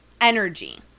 energy